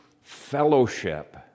fellowship